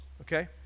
okay